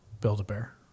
Build-A-Bear